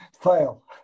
Fail